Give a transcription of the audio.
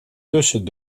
tussen